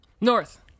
North